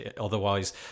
Otherwise